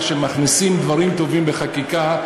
שמכניסים דברים טובים בחקיקה,